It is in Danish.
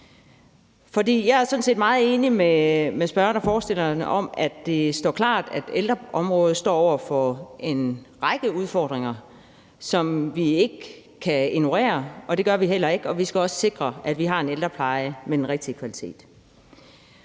set meget enig med ordføreren og forespørgerne om, at det står klart, at ældreområdet står over for en række udfordringer, som vi ikke kan ignorere, og det gør vi heller ikke. Og vi skal også sikre, at vi har en ældrepleje med den rigtige kvalitet.